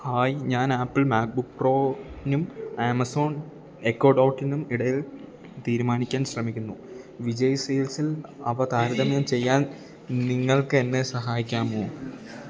hi ഞാനാപ്പിൾ MacBook പ്രോയിനും Amazon echo ഡോട്ടിനും ഇടയിൽ തീരുമാനിക്കാൻ ശ്രമിക്കുന്നു വിജയ് സെയിൽസിൽ അവ താരതമ്യം ചെയ്യാൻ നിങ്ങൾക്കെന്നെ സഹായിക്കാമോ